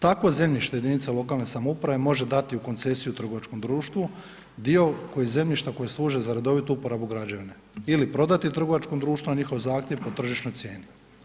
Takvo zemljište jedinica lokalne samouprave može dati u koncesiju trgovačkom društvu dio zemljišta koji služi za redovitu uporabu građevine ili prodati trgovačkom društvu na njihov zahtjev po tržišnoj cijeni.